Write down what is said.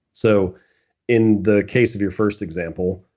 so in the case of your first example,